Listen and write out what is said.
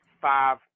five